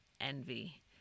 envy